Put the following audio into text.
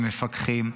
ומפקחים.